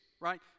right